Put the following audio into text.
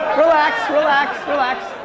relax, relax, relax.